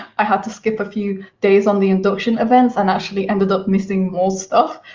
i had to skip a few days on the induction event, and actually ended up missing more stuff.